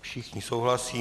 Všichni souhlasí.